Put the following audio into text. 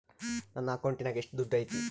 ನನ್ನ ಅಕೌಂಟಿನಾಗ ಎಷ್ಟು ದುಡ್ಡು ಐತಿ?